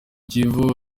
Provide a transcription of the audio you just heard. kivu